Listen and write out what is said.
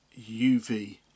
UV